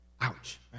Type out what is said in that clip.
Ouch